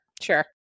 Sure